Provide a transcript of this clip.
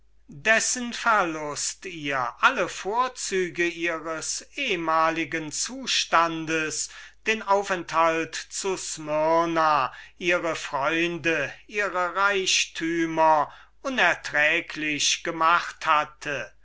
dessen verlust ihr alle vorzüge ihres ehmaligen zustandes den aufenthalt zu smyrna ihre freunde ihre reichtümer unerträglich gemacht hatte